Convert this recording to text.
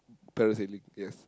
parasailing yes